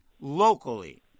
locally